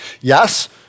Yes